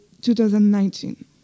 2019